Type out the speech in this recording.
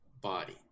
body